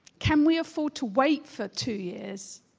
can we afford to wait for two years